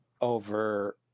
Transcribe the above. over